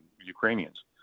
Ukrainians